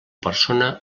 persona